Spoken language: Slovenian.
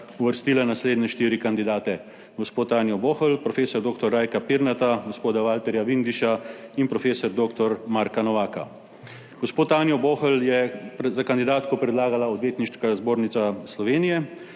uvrstila naslednje štiri kandidate: gospo Tanjo Bohl, prof. dr. Rajka Pirnata, gospoda Valterja Vindiša in prof. dr. Marka Novaka. Gospo Tanjo Bohl je za kandidatko predlagala Odvetniška zbornica Slovenije.